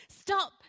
Stop